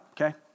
okay